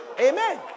Amen